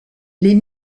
les